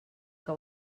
que